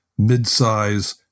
midsize